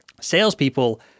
salespeople